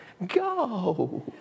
Go